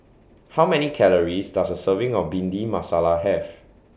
How Many Calories Does A Serving of Bhindi Masala Have